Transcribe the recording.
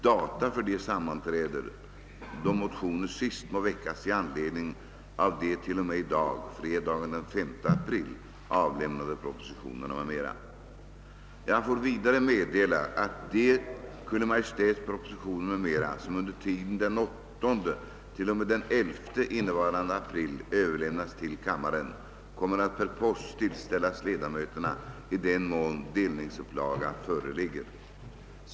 Vid början av detta plenum anställes en gemensam omröstning. De Kungl. Maj:ts propositioner, som under tiden den 8—11 innevarande april överlämnas till kammaren, kommer att per post tillställas ledamöterna i den mån delningsupplaga föreligger.